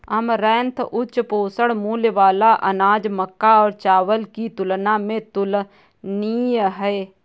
amaranth उच्च पोषण मूल्य वाला अनाज मक्का और चावल की तुलना में तुलनीय है